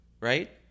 right